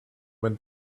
went